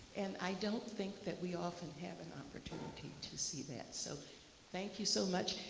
and i don't think that we often have an opportunity to see that. so thank you so much.